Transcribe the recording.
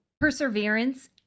perseverance